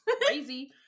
crazy